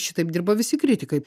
šitaip dirba visi kritikai